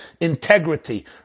integrity